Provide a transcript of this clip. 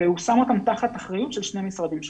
והוא שם אותם תחת אחריות של שני משרדים שונים.